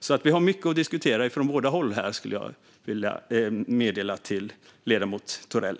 Vi har alltså mycket att diskutera från båda håll här, skulle jag vilja säga till ledamoten Thorell.